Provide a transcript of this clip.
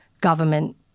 government